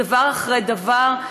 דבר אחרי דבר,